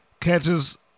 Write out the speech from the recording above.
Catches